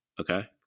okay